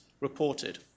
reported